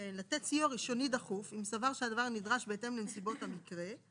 "לתת סיוע ראשוני דחוף אם סבר שהדבר נדרש בהתאם לנסיבות המקרה,